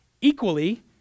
equally